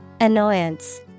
Annoyance